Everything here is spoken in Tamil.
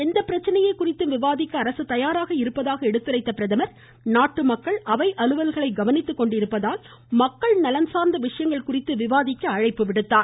எந்த பிரச்சனை குறித்தும் விவாதிக்க அரசு தயாராக இருப்பதாக எடுத்துரைத்த பிரதமர் நாட்டு மக்கள் அவை அலுவல்களை கவனித்து கொண்டிருப்பதால் மக்கள் நலம் சார்ந்த விஷயங்கள் குறித்து விவாதிக்க அழைப்பு விடுத்தார்